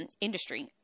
industry